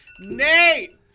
Nate